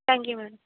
thank you madam